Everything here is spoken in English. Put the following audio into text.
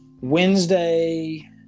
Wednesday